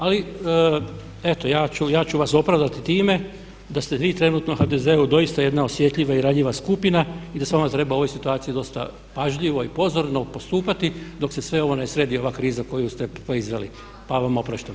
Ali eto ja ću vas opravdati time da ste vi trenutno u HDZ, doista jedna osjetljiva i ranjiva skupina i da s vama treba u ovoj situaciji dosta pažljivo i pozorno postupati dok se sve ovo ne sredi ova kriza koju ste proizveli pa vam opraštam.